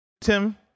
Tim